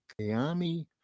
Kiami